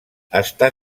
està